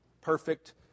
Perfect